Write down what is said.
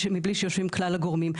מבלי שיושבים כלל הגורמים.